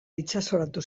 itsasoratu